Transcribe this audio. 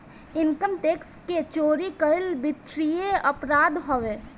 income tax के चोरी कईल वित्तीय अपराध हवे